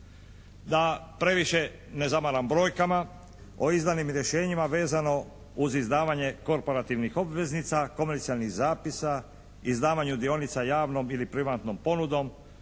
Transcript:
Da previše ne zamaram brojkama o izdanim rješenjima vezano uz izdavanje korporativnih obveznica, komercijalnih zapisa, izdavanje dionica javnom ili privatnom ponudom,